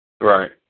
Right